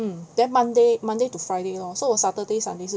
mm then monday monday to friday lor so 我 saturday sunday 是